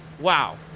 Wow